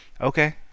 okay